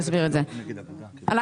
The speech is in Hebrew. אני אסביר את זה פעם אחת וזה יהיה ברור.